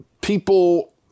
People